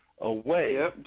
away